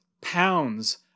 pounds